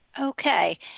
Okay